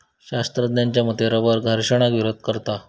शास्त्रज्ञांच्या मते रबर घर्षणाक विरोध करता